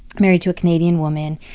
married to a canadian woman.